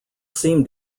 seem